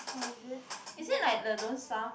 orh is it is it like the don't stuff